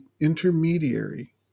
intermediary